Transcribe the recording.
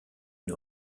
une